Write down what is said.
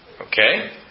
Okay